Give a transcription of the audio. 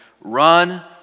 Run